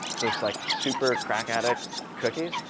those like super crack addict cookies.